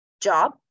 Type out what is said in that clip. job